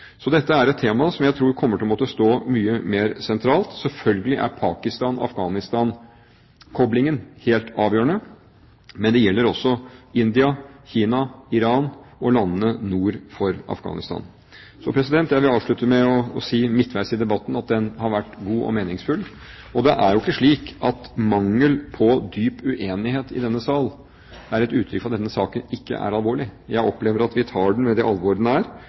Dette er et tema som jeg tror kommer til å måtte stå mye mer sentralt. Selvfølgelig er Pakistan–Afghanistan-koblingen helt avgjørende, men det gjelder også India, Kina, Iran og landene nord for Afghanistan. Jeg vil avslutte med å si midtveis i debatten at den har vært god og meningsfull, og det er jo ikke slik at mangel på dyp uenighet i denne sal er et uttrykk for at denne saken ikke er alvorlig. Jeg opplever at vi tar den med det alvoret den